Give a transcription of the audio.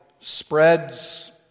spreads